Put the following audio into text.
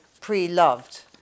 pre-loved